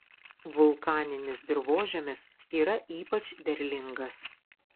vulkaninis dirvožemis yra ypač derlingas